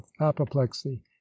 apoplexy